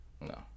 No